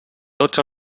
tots